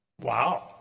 Wow